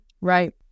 Right